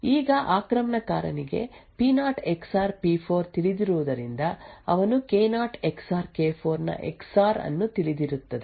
ಈಗ ಆಕ್ರಮಣಕಾರನಿಗೆ ಪಿ0 ಎಕ್ಸಾರ್ ಪಿ4 ತಿಳಿದಿರುವುದರಿಂದ ಅವನು ಕೆ0 ಎಕ್ಸಾರ್ ಕೆ4 ನ ಎಕ್ಸಾರ್ ಅನ್ನು ತಿಳಿದಿರುತ್ತದೆ